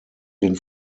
den